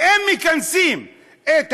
והם מכנסים את המליאה,